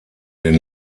den